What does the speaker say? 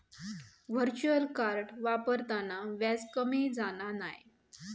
virtual card वापरताना व्याज कमी जाणा नाय